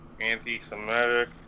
anti-Semitic